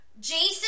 Jason